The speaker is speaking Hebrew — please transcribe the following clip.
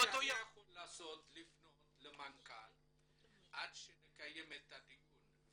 מאותו יום --- אני יכול לפנות למנכ"ל עד שנקיים את הדיון,